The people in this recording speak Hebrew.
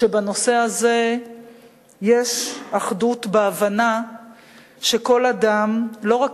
שבנושא הזה יש אחדות בהבנה שכל אדם לא רק